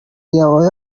yaba